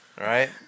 right